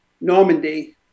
Normandy